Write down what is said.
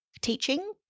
teaching